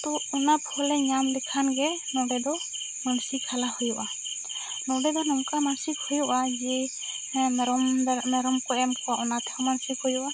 ᱛᱚ ᱚᱱᱟ ᱯᱷᱚᱞ ᱮ ᱧᱟᱢ ᱞᱮᱠᱷᱟᱱ ᱜᱮ ᱱᱚᱸᱰᱮ ᱫᱚ ᱢᱟᱹᱱᱥᱤᱠ ᱦᱟᱞᱟ ᱦᱩᱭᱩᱜᱼᱟ ᱱᱚᱸᱰᱮ ᱫᱚ ᱱᱚᱝᱠᱟ ᱢᱟᱹᱱᱥᱤᱠ ᱦᱩᱭᱩᱜᱼᱟ ᱡᱮ ᱢᱮᱨᱚᱢ ᱢᱮᱨᱚᱢ ᱠᱚ ᱮᱢ ᱠᱟᱜᱼᱟ ᱚᱱᱟ ᱛᱮᱦᱚᱸ ᱢᱟᱹᱱᱥᱤᱠ ᱦᱩᱭᱩᱜᱼᱟ